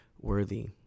worthy